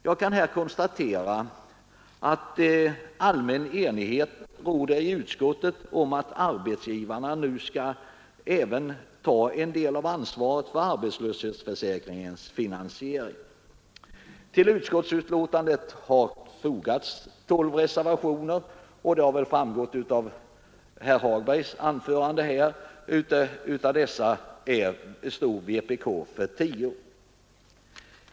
Jag kan här konstatera att enighet råder i utskottet om att även arbetsgivarna nu skall ta en del av ansvaret för arbetslöshetsförsäkringens finansiering. Vid utskottsbetänkandet har fogats 12 reservationer, och det har väl framgått av herr Hagbergs anförande att av dessa står vpk för tio.